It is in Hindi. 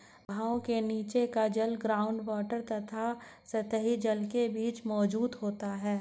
बहाव के नीचे का जल ग्राउंड वॉटर तथा सतही जल के बीच मौजूद होता है